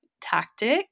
tactic